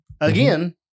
again